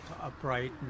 upright